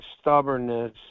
stubbornness